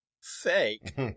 Fake